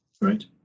Right